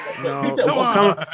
No